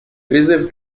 призыв